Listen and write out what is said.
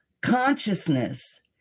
consciousness